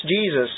Jesus